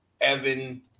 Evan